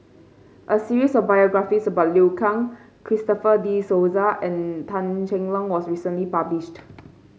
a series of biographies about Liu Kang Christopher De Souza and Tan Cheng Lock was recently published